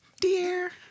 Dear